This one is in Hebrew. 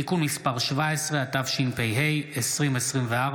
התשפ"ה 2024,